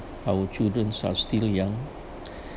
our children are still young